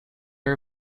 are